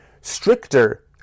stricter